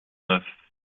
neuf